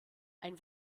ein